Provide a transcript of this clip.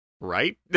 Right